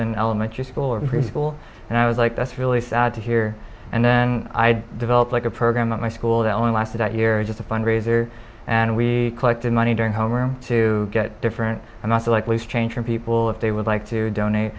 in elementary school or preschool and i was like that's really sad to hear and then i developed like a program at my school that only lasted that year just a fundraiser and we collected money during homeroom to get different and also likely change for people if they would like to donate